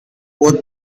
both